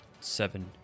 seven